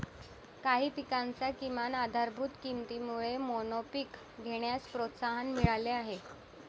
काही पिकांच्या किमान आधारभूत किमतीमुळे मोनोपीक घेण्यास प्रोत्साहन मिळाले आहे